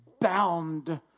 bound